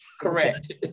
correct